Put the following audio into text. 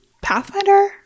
Pathfinder